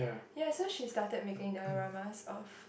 ya so she started making the dilemmas of